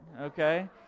okay